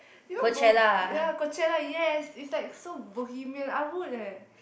you know bo~ ya Coachella yes it's like so Bohemian I would eh